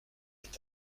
est